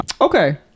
okay